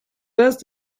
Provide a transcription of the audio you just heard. best